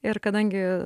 ir kadangi